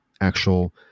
actual